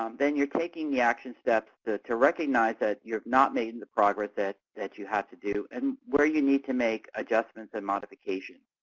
um then you are taking the action steps to recognize that you have not made the progress that that you have to do and where you need to make adjustments and modifications.